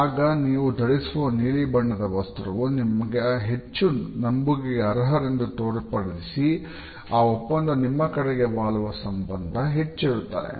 ಆಗ ನೀವು ಧರಿಸುವ ನೀಲಿಬಣ್ಣದ ವಸ್ತ್ರವು ನಿಮ್ಮನ್ನು ಹೆಚ್ಚು ನಂಬುಗೆಗೆ ಅರ್ಹನೆಂದು ತೋರ್ಪಡಿಸಿ ಆ ಒಪ್ಪಂದ ನಿಮ್ಮ ಕಡೆಗೆ ವಾಲುವ ಸಂಭವ ಹೆಚ್ಚಿರುತ್ತದೆ